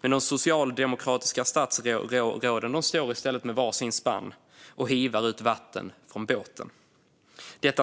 Men de socialdemokratiska statsråden står i stället med var sin spann och hivar ut vatten från båten